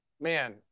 Man